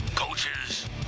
Coaches